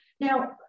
now